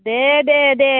दे दे दे